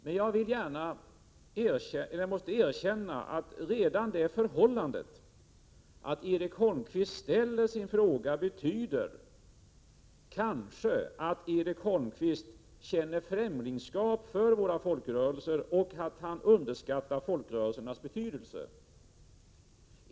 Herr talman! Det är Erik Holmkvist som tar för lätt på folkrörelsearbete. Jag skulle önska att betydligt fler människor både i det privata näringslivet och i förvaltningen hade folkrörelseerfarenhet. Folkrörelserna är en styrka för Sverige. Folkrörelserna är en viktig del av den svenska modellen och av vår demokrati. Men redan det förhållandet att Erik Holmkvist ställer den här frågan betyder att Erik Holmkvist kanske känner främlingskap för våra folkrörelser och att han underskattar folkrörelsernas betydelse.